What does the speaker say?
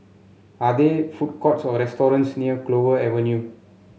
are there food courts or restaurants near Clover Avenue